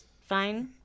fine